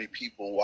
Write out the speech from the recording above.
people